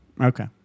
Okay